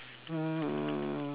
mm